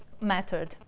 mattered